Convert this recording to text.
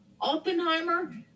oppenheimer